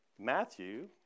Matthew